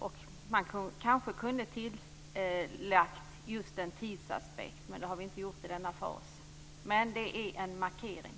Vi kanske kunde ha tillagt tidsaspekten, men det har vi inte gjort i denna fas. Men det är en markering.